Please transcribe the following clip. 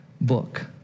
book